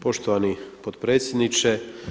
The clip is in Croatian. Poštovani potpredsjedniče.